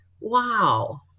wow